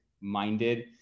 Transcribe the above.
minded